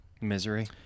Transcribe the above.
Misery